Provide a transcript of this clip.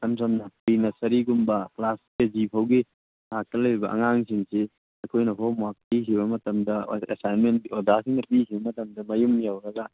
ꯏꯁꯝꯁꯝꯅ pre ꯅꯁꯔꯤꯒꯨꯝꯕ class ꯀꯦꯖꯤꯐꯥꯎꯒꯤ ꯊꯥꯛꯇ ꯂꯩꯕ ꯑꯉꯥꯡꯁꯤꯡꯁꯤ ꯑꯩꯈꯣꯏꯅ ꯍꯣꯝꯋꯥꯔꯛ ꯄꯤꯈꯤꯕ ꯃꯇꯝꯗ ꯑꯣꯔ ꯑꯦꯁꯥꯏꯟꯃꯦꯟꯠ ꯑꯣꯖꯥꯁꯤꯡꯅ ꯄꯤꯈꯤꯕ ꯃꯇꯝꯗ ꯃꯌꯨꯝ ꯌꯧꯔꯒ